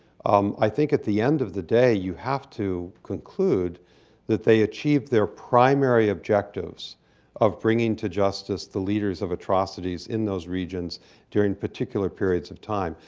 um i think at the end of the day you have to conclude that they achieved their primary objectives of bringing to justice the leaders of atrocities in those regions during particular periods of time.